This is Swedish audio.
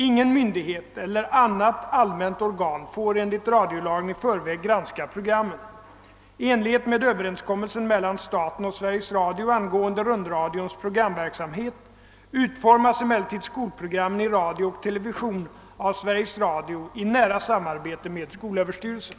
Ingen myndighet eller annat allmänt organ får enligt radiolagen i förväg granska programmen. I enlighet med överenskommelsen mellan staten och Sveriges Radio angående rundradions programverksamhet utformas emellertid skolprogrammen i radio och television av Sveriges Radio i nära samarbete med skolöverstyrelsen.